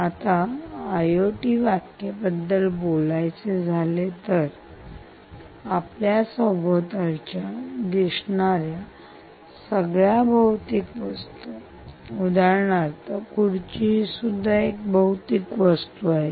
आता आयओटी व्याख्याबद्दल बोलायचे झाले तर आपल्या सभोवतालच्या दिसणाऱ्या सगळ्या भौतिक वस्तू उदाहरणार्थ खुर्ची ही सुद्धा भौतिक वस्तू आहे